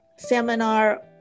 seminar